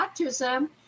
Autism